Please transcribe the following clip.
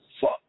fuck